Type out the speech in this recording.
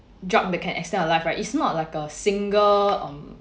drug that can extend our life right it's not like a single um